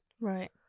Right